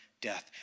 death